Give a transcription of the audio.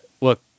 look